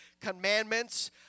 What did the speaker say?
commandments